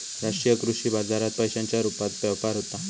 राष्ट्रीय कृषी बाजारात पैशांच्या रुपात व्यापार होता